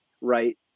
right